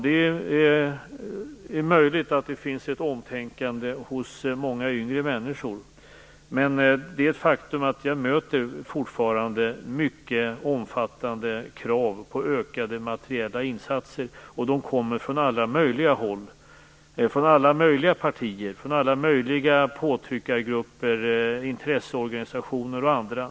Det är möjligt att det finns ett omtänkande hos många yngre människor, men det är ett faktum att jag fortfarande möter mycket omfattande krav på ökade materiella insatser. Dessa krav kommer från alla möjliga håll - från alla möjliga partier, påtryckargrupper, intresseorganisationer och andra.